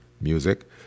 music